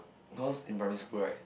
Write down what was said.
because in primary school right